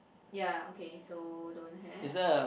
ya okay so don't have